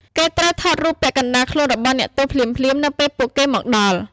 គេត្រូវថតរូបពាក់កណ្ដាលខ្លួនរបស់អ្នកទោសភ្លាមៗនៅពេលពួកគេមកដល់។